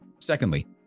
Secondly